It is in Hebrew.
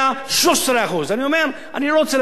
13%. אני לא רוצה להגיע לארצות-הברית,